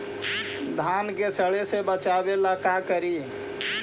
धान के सड़े से बचाबे ला का करि?